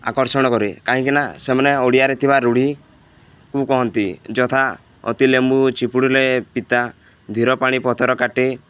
ଆକର୍ଷଣ କରେ କାହିଁକିନା ସେମାନେ ଓଡ଼ିଆରେ ଥିବା ରୂଢ଼ିକୁ କହନ୍ତି ଯଥା ଅତି ଲେମ୍ବୁ ଚିପୁଡ଼ିିଲେ ପିତା ଧୀର ପାଣି ପଥର କାଟେ